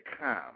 come